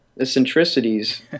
eccentricities